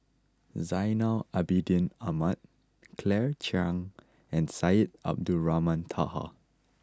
Zainal Abidin Ahmad Claire Chiang and Syed Abdulrahman Taha